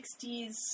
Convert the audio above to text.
60s